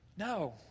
No